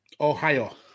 Ohio